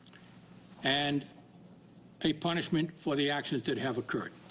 and a punishment for the actions that have occurred.